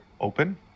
open